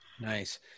Nice